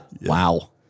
wow